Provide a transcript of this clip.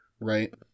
Right